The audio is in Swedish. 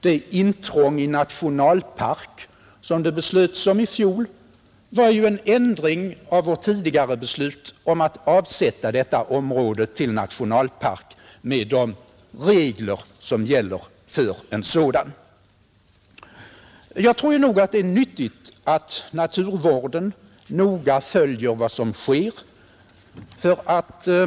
Det intrång i nationalpark som det fattades beslut om i fjol innebar ju en ändring av vårt tidigare beslut att avsätta detta område till nationalpark med de regler som gäller för en sådan. Jag tror att det är nyttigt att naturvården noga följer vad som sker.